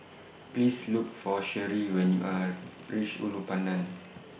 Please Look For Sheree when YOU REACH Ulu Pandan